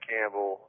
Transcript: Campbell